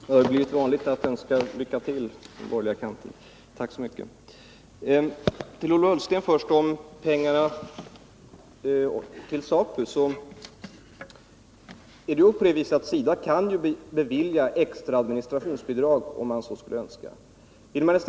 Herr talman! Det har blivit vanligt att önska lycka till på den borgerliga kanten. Tack så mycket! Först till Ola Ullsten om pengarna till ZAPU. Det är ju på det sättet att SIDA kan bevilja extra administrationsbidrag, om man så skulle önska.